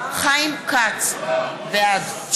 חיים כץ, בעד חברים,